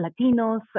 Latinos